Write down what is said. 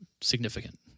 significant